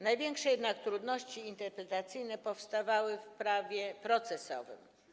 Największe jednak trudności interpretacyjne powstawały w prawie procesowym.